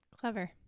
clever